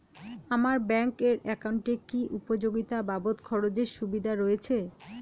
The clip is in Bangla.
আমার ব্যাংক এর একাউন্টে কি উপযোগিতা বাবদ খরচের সুবিধা রয়েছে?